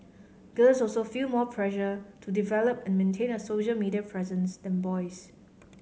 girls also feel more pressure to develop and maintain a social media presence than boys